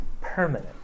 permanent